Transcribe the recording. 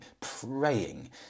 praying